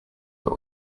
but